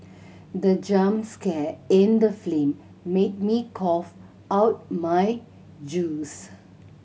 the jump scare in the film made me cough out my juice